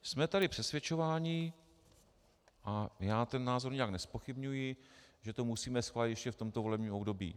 Jsme tady přesvědčování, a já ten názor nijak nezpochybňuji, že to musíme schválit ještě v tomto volebním období.